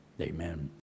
Amen